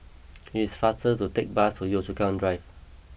it's faster to take bus to Yio Chu Kang Drive